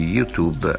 YouTube